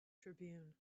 tribune